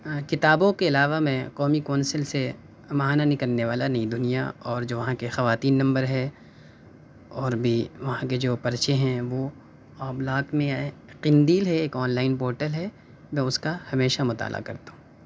کتابوں کے علاوہ میں قومی کونسل سے ماہانہ نکلنے والا نئی دنیا اور جو وہاں کے خواتین نمبر ہے اور بھی وہاں کے جو پرچے ہیں وہ معاملات میں آئے قندیل ہے ایک آن لائن پورٹل ہے میں اُس کا ہمیشہ مطالعہ کرتا ہوں